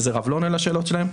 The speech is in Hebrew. איזה רב לא עונה לשאלות שלהן.